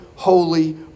holy